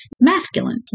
masculine